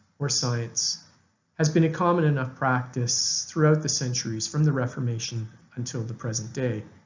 or science has been a common enough practice throughout the centuries from the reformation until the present day